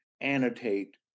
annotate